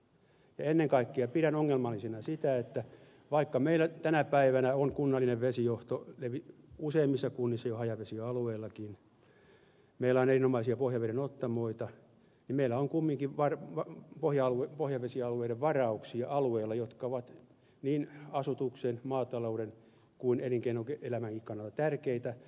ja ennen kaikkea pidän ongelmallisena sitä että vaikka meillä tänä päivänä on kunnallinen vesijohto useimmissa kunnissa jo hajavesialueillakin meillä on erinomaisia pohjavedenottamoita niin meillä on kumminkin pohjavesialueiden varauksia alueilla jotka ovat niin asutuksen maatalouden kuin elinkeinoelämänkin kannalta tärkeitä